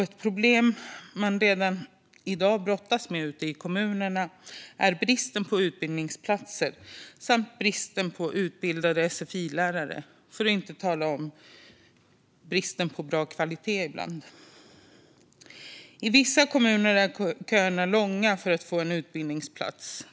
Ett problem man redan i dag brottas med ute i kommunerna är bristen på utbildningsplatser samt bristen på utbildade sfi-lärare, för att inte tala om bristen på bra kvalitet, ibland. I vissa kommuner är köerna långa för att få en utbildningsplats.